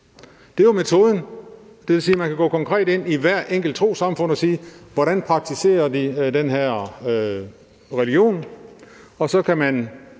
Det er jo metoden. Det vil sige, at man kan gå konkret ind i hvert enkelt trossamfund og sige: Hvordan praktiserer de den her religion? Og så kan man